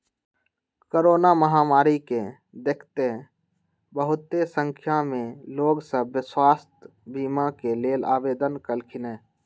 corona महामारी के देखइते बहुते संख्या में लोग सभ स्वास्थ्य बीमा के लेल आवेदन कलखिन्ह